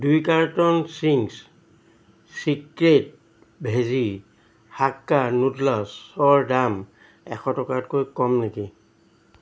দুই carton Ching's secret veggie hakka noodles অৰ দাম এশ টকাতকৈ কম নেকি